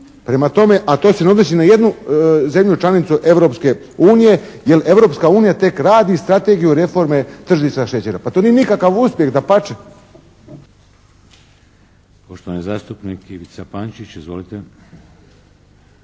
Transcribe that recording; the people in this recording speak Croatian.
Prema tome, a to se ne odnosi na jednu zemlju članicu Europske unije jer Europska unija tek radi Strategiju reforme tržišta šećera. Pa to nije nikakav uspjeh. Dapače.